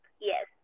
Yes